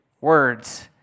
words